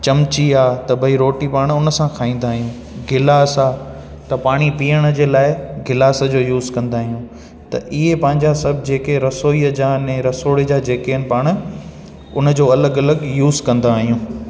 चमची आहे त भई रोटी पाण उन सां खाईंदा आहियूं गिलास आहे त पाणी पीअण जे लाइ गिलास जो यूज़ कंदा आहियूं त इहे पांजा सभु जेके रसोईअ जा अने रसोड़े जा जेके आहिनि पाण उन जो अलॻि अलॻि यूज़ कंदा आहियूं